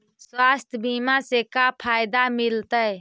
स्वास्थ्य बीमा से का फायदा मिलतै?